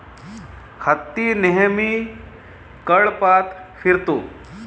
हत्ती नेहमी कळपात फिरतो